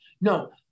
No